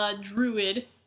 druid